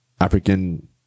African